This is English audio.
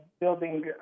building